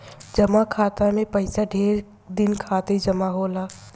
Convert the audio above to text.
जमा खाता मे पइसा ढेर दिन खातिर जमा होला